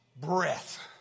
breath